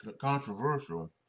controversial